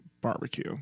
barbecue